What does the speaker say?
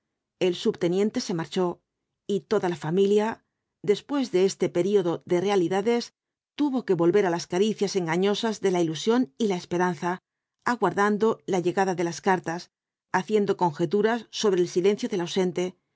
el subteniente se marchó y roda la familia después de este período de realidades tuvo que volver á las caricias engañosas de la ilusión y la esperanza aguardando la llegada de las cartas haciendo conjeturas sobre el silencio del ausente